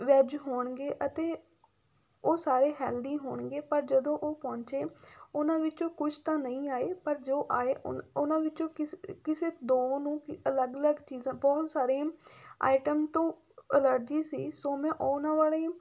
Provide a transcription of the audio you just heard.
veg ਹੋਣਗੇ ਅਤੇ ਉਹ ਸਾਰੇ ਹੈਲਦੀ ਹੋਣਗੇ ਪਰ ਜਦੋਂ ਉਹ ਪਹੁੰਚੇ ਉਹਨਾਂ ਵਿੱਚੋਂ ਕੁਛ ਤਾਂ ਨਹੀਂ ਆਏ ਪਰ ਜੋ ਆਏ ਉਹਨ ਉਹਨਾਂ ਵਿੱਚੋਂ ਕਿਸੇ ਕਿਸੇ ਦੋ ਨੂੰ ਅਲੱਗ ਅਲੱਗ ਚੀਜ਼ਾਂ ਬਹੁਤ ਸਾਰੀਆਂ ਆਈਟਮ ਤੋਂ ਐਲਰਜੀ ਸੀ ਸੋ ਮੈਂ ਉਹਨਾਂ ਵਾਲੇ